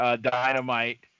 Dynamite